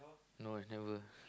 no I never